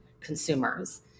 consumers